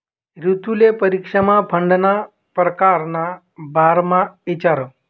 रितुले परीक्षामा फंडना परकार ना बारामा इचारं